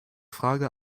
frage